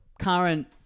current